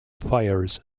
fires